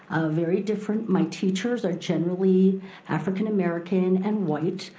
ah very different. my teachers are generally african-american and white,